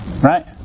Right